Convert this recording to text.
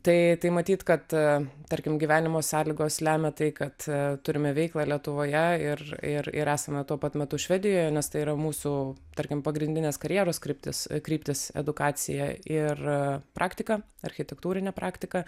tai tai matyt kad tarkim gyvenimo sąlygos lemia tai kad turime veiklą lietuvoje ir ir ir esame tuo pat metu švedijoje nes tai yra mūsų tarkim pagrindinės karjeros kryptis kryptys edukacija ir praktika architektūrinė praktika